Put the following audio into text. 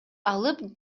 алып